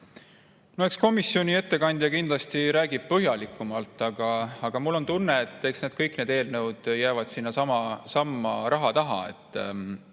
Eks komisjoni ettekandja kindlasti räägib põhjalikumalt. Aga mul on tunne, et eks kõik need eelnõud jäävad sinnasamasse, raha taha.